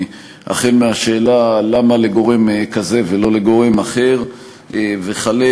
החל בשאלה למה לגורם כזה ולא לגורם אחר וכלה